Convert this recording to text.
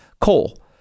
coal